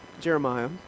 Jeremiah